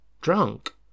drunk